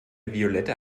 violette